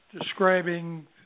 describing